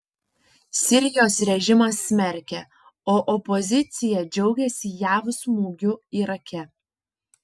sirijos režimas smerkia o opozicija džiaugiasi jav smūgiu irake